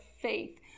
faith